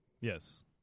Yes